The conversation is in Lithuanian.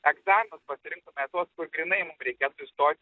egzaminus pasirinktume tuos kur grynai mum reikėtų įstot